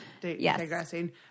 digressing